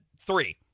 three